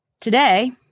Today